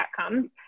outcomes